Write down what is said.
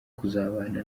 kuzabana